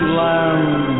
land